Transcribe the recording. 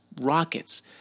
rockets